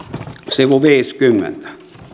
sivu viisikymmentä